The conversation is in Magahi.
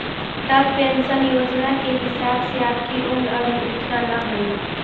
अटल पेंशन योजना के हिसाब से आपकी उम्र अभी उतना न हई